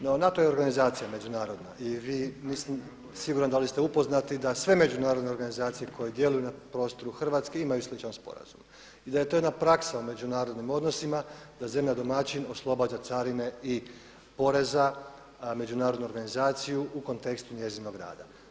No NATO je organizacija međunarodna i vi nisam siguran da li ste upoznati da sve međunarodne organizacije koje djeluju na prostore imaju sličan sporazum i da je to jedna praksa u međunarodnim odnosima da zemlja domaćin oslobađa carine i poreza međunarodnu organizaciju u kontekstu njezinog rada.